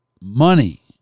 money